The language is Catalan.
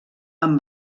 amb